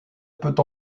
peut